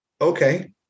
okay